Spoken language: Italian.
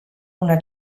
una